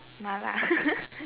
麻辣